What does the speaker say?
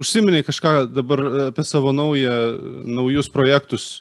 užsiminei kažką dabar apie savo naują naujus projektus